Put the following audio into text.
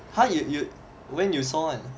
ha you you when you saw one